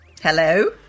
Hello